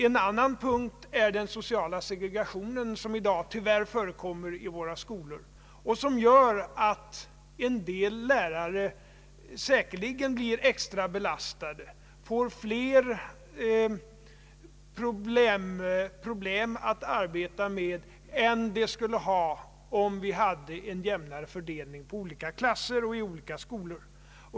En annan punkt är den sociala segregationen, som i dag tyvärr förekommer i våra skolor och som gör att en del lärare säkerligen blir extra belastade, får fler problem att arbeta med än om vi hade en jämnare fördelning på olika klasser och skolor.